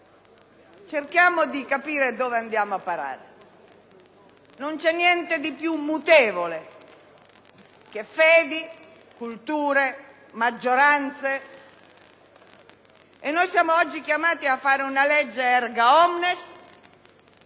cerchiamo di comprendere dove andiamo a parare: non c'è niente di più mutevole che fedi, culture, maggioranze. Siamo oggi chiamati a fare una legge *erga omnes*,